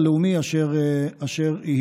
הלאומי אשר יהיה.